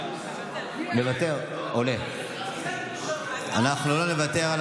חבר הכנסת יעקב אשר, אינו נוכח,